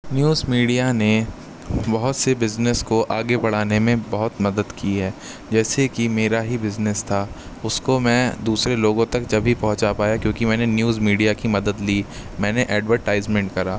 news media نے بہت سے بزنس کو آگے بڑھانے میں بہت مدد کی ہے جیسے کہ میرا ہی بزنس تھا اس کو میں دوسرے لوگوں تک جب ہی پہنچا پایا کیونکہ میں نے نیوز میڈیا کی مدد لی میں نے ایڈورٹائزمینٹ کرا